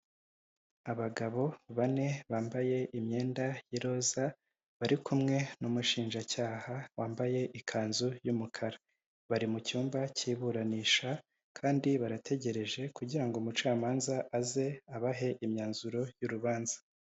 Abagabo bane bambaye imyenda y'iroza bari kumwe n'umushinjacyaha wambaye ikanzu y'umukara, bari mu cyumba cy' iburanisha kandi barategereje kugira ngo umucamanza aze abahe imyanzuro y'urubanza.